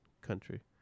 country